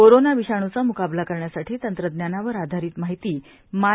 corona विषाणूच्या म्काबला करण्यासाठी तंत्रज्ञानावर आधारित माहिती माय